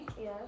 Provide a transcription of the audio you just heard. Yes